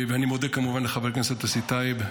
ואני מודה כמובן לחבר הכנסת יוסי טייב,